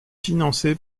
financé